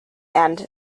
and